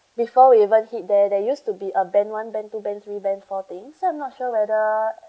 before we even hit there there used to be a band one band two band three band four thing so I'm not sure whether